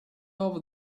over